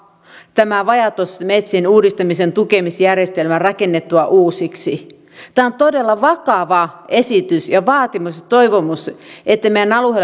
tämä vajaatuottoisten metsien uudistamisen tukemisjärjestelmä rakennettua uusiksi tämä on todella vakava esitys vaatimus ja toivomus että meidän